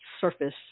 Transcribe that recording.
surface